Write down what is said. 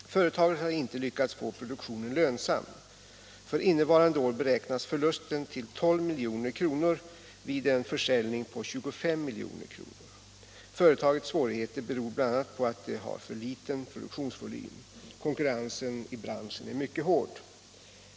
Företaget har inte lyckats få produktionen lönsam. För innevarande år beräknas förlusten till 12 milj.kr. vid en försäljning på 25 milj.kr. Företagets svårigheter beror bl.a. på att det har för liten produktionsvolym. Konkurrensen i branschen är mycket hård.